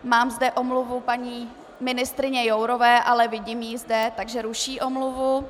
Mám zde omluvu paní ministryně Jourové, ale vidím ji zde, takže ruší omluvu.